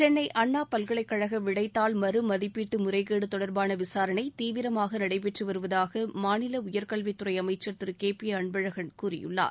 சென்னை அண்ணா பல்கலைக்கழக விடைத்தாள் மறு மதிப்பீட்டு முறைகேடு தொடர்பான விசாரணை தீவிரமாக நடைபெற்று வருவதாக மாநில உயாகல்வித்துறை அமைச்ச் திரு கே பி அன்பழகன் கூறியுள்ளார்